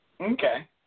Okay